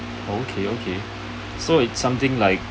okay okay so it's something like